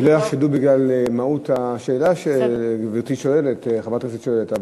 שלא יחשדו שזה בגלל מהות השאלה שגברתי חברת הכנסת שואלת,